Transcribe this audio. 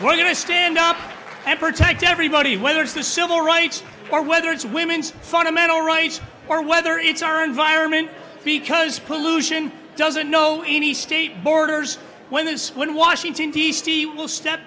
we're going to stand up and protect everybody whether it's the civil rights or whether it's women's fundamental rights or whether it's our environment because pollution doesn't know any state borders when this when washington d c will step